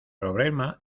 problema